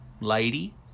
lady